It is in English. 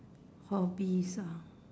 hobbies ah